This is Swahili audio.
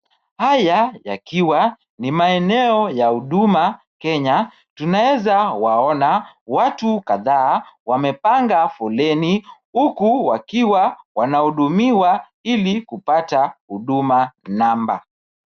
Haya yakiwa ni maeneo ya huduma, Kenya. Tunaweza waona watu kadhaa wamepanga foleni, uku wakiwa wanahudumiwa, ili kupata huduma namba.